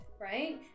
right